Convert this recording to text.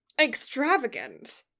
extravagant